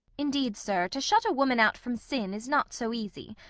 indeed, sir, to shut a woman out from sin is not so easy.